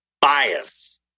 bias